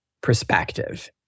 perspective